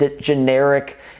generic